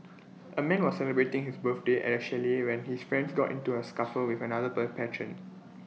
A man was celebrating his birthday at A chalet when his friends got into A scuffle with another patron